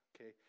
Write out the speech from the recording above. Okay